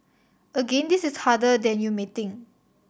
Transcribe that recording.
again this is harder than you may think